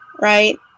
right